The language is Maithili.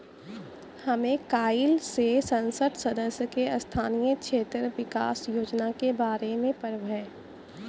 हमे काइल से संसद सदस्य के स्थानीय क्षेत्र विकास योजना के बारे मे पढ़बै